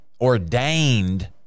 ordained